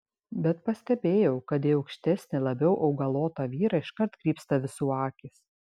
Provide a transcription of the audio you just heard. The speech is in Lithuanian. bet pastebėjau kad į aukštesnį labiau augalotą vyrą iškart krypsta visų akys